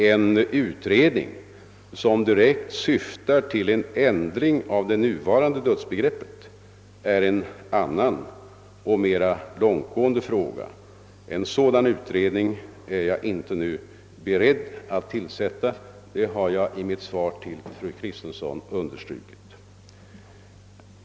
En utredning som direkt syftar till en ändring av det nuvarande dödsbegreppet är emellertid en annan och mer långtgående fråga. En sådan utredning är jag inte nu beredd att tillsätta, det har jag understrukit i mitt svar till fru Kristensson.